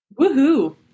woohoo